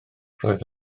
roedd